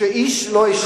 שאיש לא השלים,